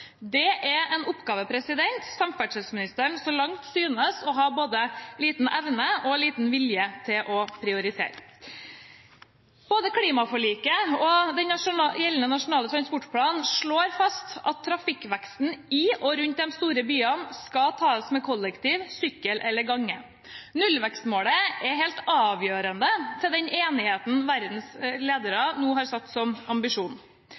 Det er en oppgave samferdselsministeren så langt synes å ha liten både evne og vilje til å prioritere. Både klimaforliket og gjeldende Nasjonal transportplan slår fast at trafikkveksten i og rundt de store byene skal tas med kollektiv, sykkel eller gange. Nullvekstmålet er helt avgjørende for den enigheten verdens ledere nå har satt som ambisjon.